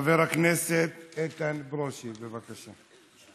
חבר הכנסת איתן ברושי, בבקשה.